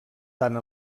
tant